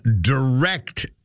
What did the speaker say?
direct